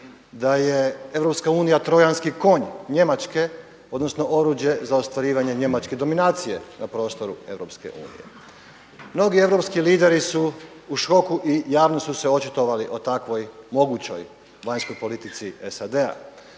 da je EU Trojanski konj Njemačke odnosno oruđe za ostvarivanje njemačke dominacije na prostoru EU. Mnogi europski lideri su u šoku i javno su se očitovali o takvoj mogućoj vanjskoj politici SAD-a.